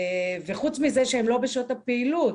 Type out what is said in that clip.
חוץ מזה שהם לא בשעות הפעילות.